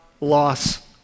loss